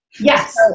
Yes